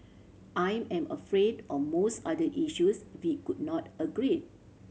I am afraid on most other issues we could not agree